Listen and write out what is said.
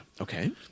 Okay